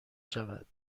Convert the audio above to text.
شود